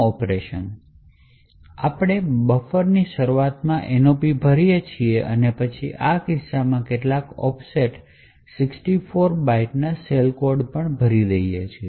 અમે બફરની શરૂઆતમાં nops ભરીએ છીએ અને પછી આ કિસ્સામાં કેટલાક offset 64 bytes ના શેલ કોડ ભરીએ છીએ